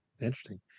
interesting